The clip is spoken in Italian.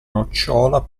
nocciola